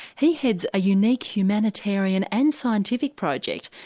he heads a unique humanitarian and scientific project,